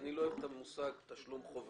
אני לא אוהב את המושג "תשלום חובה"